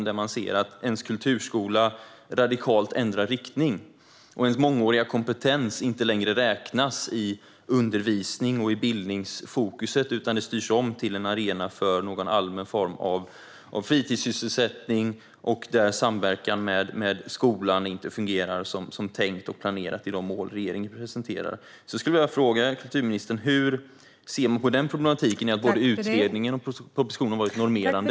De ser att kulturskolan radikalt ändrar riktning och att deras mångåriga kompetens inte längre räknas i undervisningen och i bildningsfokuset. Det styrs i stället om till en arena för någon allmän form av fritidssysselsättning, där samverkan med skolan inte fungerar som tänkt och planerat i de mål som regeringen presenterar. Jag skulle vilja fråga kulturministern hur hon ser på problematiken att både utredningen och propositionen varit normerande.